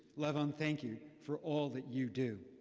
levon, thank you for all that you do.